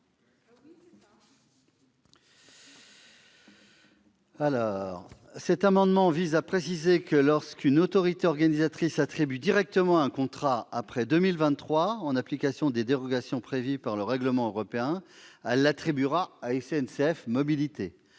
161. L'amendement n° 250 vise à préciser que lorsqu'une autorité organisatrice attribuera directement un contrat après 2023, en application des dérogations prévues par le règlement européen, elle l'attribuera à SNCF Mobilités.